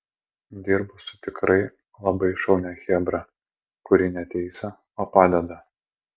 dirbu su tikrai labai šaunia chebra kuri ne teisia o padeda